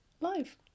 live